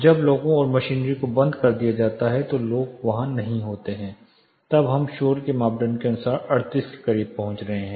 जब लोगों और मशीनरी को बंद कर दिया जाता है तो लोग वहां नहीं होते हैं तब हम शोर के मापदंड के अनुसार 38 के करीब पहुंच रहे हैं